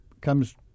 comes